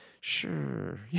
sure